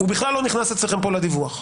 הוא בכלל לא נכנס אצלכם פה לדיווח.